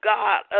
God